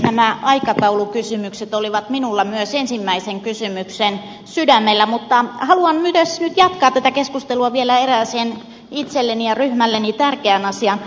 nämä aikataulukysymykset olivat myös minulla ensimmäisenä kysymyksenä sydämellä mutta haluan myös nyt jatkaa tätä keskustelua vielä erääseen itselleni ja ryhmälleni tärkeään asiaan